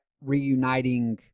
reuniting